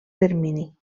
termini